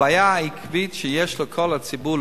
הבעיה העיקרית שיש לכל הציבור,